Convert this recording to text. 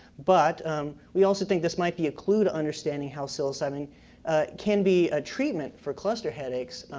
but we also think this might be a clue to understanding how psilocybin can be a treatment for cluster headaches,